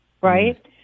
right